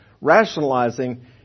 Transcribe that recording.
Rationalizing